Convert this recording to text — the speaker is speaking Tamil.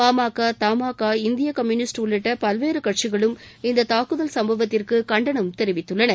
பாமக தமாகா இந்திய கம்யூனிஸ்ட் உள்ளிட்ட பல்வேறு கட்சிகளும் இந்தத் தாக்குதல் சம்பவத்திற்கு கண்டனம் தெரிவித்துள்ளன